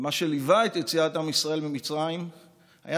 ומה שליווה את יציאת עם ישראל ממצרים היה